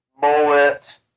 mullet